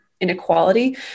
inequality